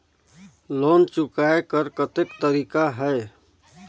Loan चुकाय कर कतेक तरीका है?